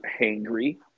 hangry